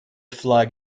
flag